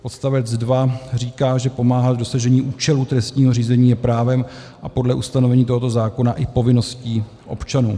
Odstavec 2 říká, že pomáhat k dosažení účelu trestního řízení je právem a podle ustanovení tohoto zákona i povinností občanů.